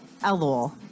Elul